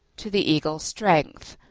to the eagle strength,